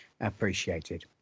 appreciated